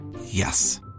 Yes